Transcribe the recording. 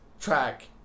track